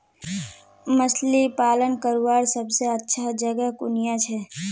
मछली पालन करवार सबसे अच्छा जगह कुनियाँ छे?